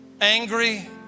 angry